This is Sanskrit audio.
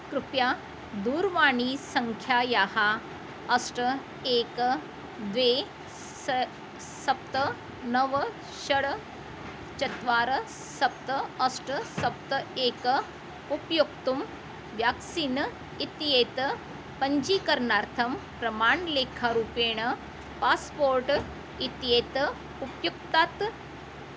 कृपया दूरवाणीसङ्ख्यायाः अष्ट एकं द्वे सा सप्त नव षड् चत्वारि सप्त अष्ट सप्त एकम् उपयोक्तुं व्याक्सीन् इत्येतत् पञ्जीकरणार्थं प्रमाणलेखारूपेण पास्पोर्ट् इत्येतत् उपयुङ्क्तात्